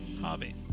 hobby